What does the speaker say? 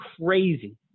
crazy